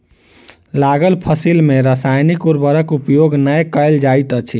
लागल फसिल में रासायनिक उर्वरक उपयोग नै कयल जाइत अछि